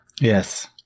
Yes